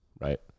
right